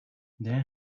there